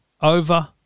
over